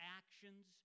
actions